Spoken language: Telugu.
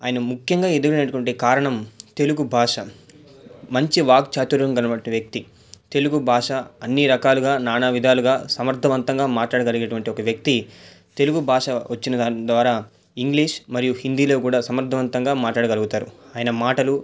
ఆయన ముఖ్యంగా ఎదిగినటువంటి కారణం తెలుగు భాష మంచి వాక్చాతుర్యం కలిగినటువంటి వ్యక్తి తెలుగు భాష అన్ని రకాలుగా నానా విధాలుగా సమర్థవంతంగా మాట్లాడగలిగేటువంటి ఒక వ్యక్తి తెలుగు భాష వచ్చిన దాని ద్వారా ఇంగ్లీష్ మరియు హిందీలో కూడా సమర్థవంతంగా మాట్లాడగలుగుతారు ఆయన మాటలు